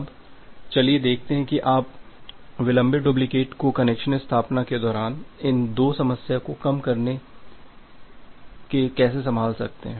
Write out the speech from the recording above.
अब चलिए देखते हैं कि आप विलंबित डुप्लिकेट को कनेक्शन स्थापना के दौरान इन दो समस्या को कम करके कैसे संभाल सकते हैं